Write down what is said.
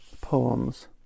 poems